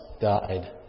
died